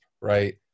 right